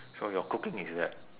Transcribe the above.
so your cooking is that